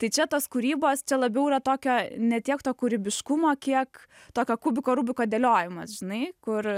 tai čia tos kūrybos čia labiau yra tokio ne tiek to kūrybiškumo kiek tokio kubiko rubiko dėliojimas žinai kur